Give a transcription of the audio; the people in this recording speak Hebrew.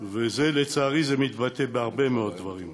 לצערי זה מתבטא בהרבה מאוד דברים.